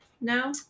no